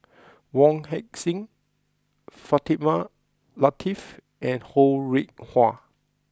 Wong Heck Sing Fatimah Lateef and Ho Rih Hwa